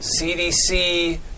CDC